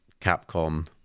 Capcom